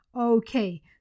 Okay